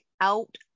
out